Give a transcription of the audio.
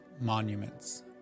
monuments